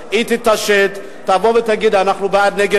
היא לאפשר דווקא את הפיתוח של הנגב